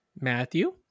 Matthew